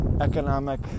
economic